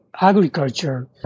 agriculture